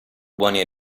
buoni